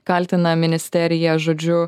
kaltina ministeriją žodžiu